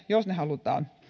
jos ne halutaan